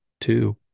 two